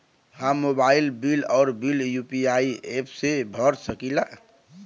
हम mobile bill और bill UPI app से भर सकिला